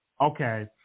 Okay